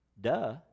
Duh